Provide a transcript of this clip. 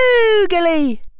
boogily